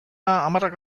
hamarrak